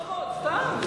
לא מלחמות, סתם.